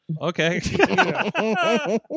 okay